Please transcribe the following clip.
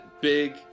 big